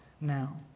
now